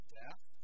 death